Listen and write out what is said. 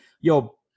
Yo